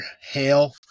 hail